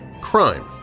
crime